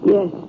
Yes